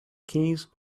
keys